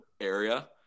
area